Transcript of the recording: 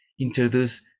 introduce